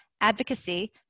advocacy